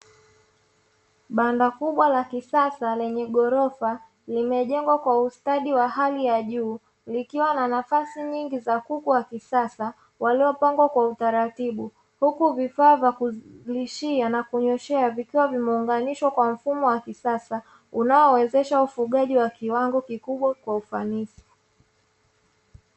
Banda kubwa la kisasa lenye ghorofa limejengwa kwa ustadi wa hali ya juu likiwa na nafasi nyingi za kuku wa kisasa waliopangwa kwa utaratibu, huku vifaa vya kulishia na kunyweshea vikiwa vimeunganishwa kwa mfumo wa kisasa unaowawezesha wafugaji wa kiwango kikubwa kwa ufanisi.